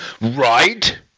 right